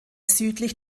südlich